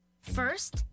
First